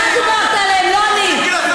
אתה דיברת עליהם, לא אני.